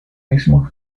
mismo